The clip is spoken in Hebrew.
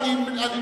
השר ארדן, חבל.